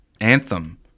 anthem